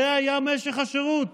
זה היה משך השירות,